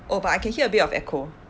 oh but I can hear a bit of echo